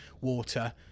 water